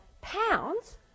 pounds